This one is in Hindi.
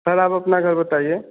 सर आप अपना घर बताइए